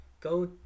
go